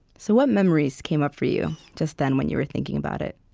so what memories came up for you just then, when you were thinking about it?